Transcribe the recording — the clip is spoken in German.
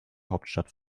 hauptstadt